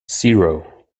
zero